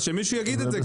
שמישהו כבר יגיד את זה.